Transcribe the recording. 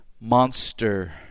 monster